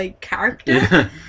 character